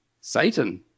Satan